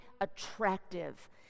attractive